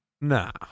Nah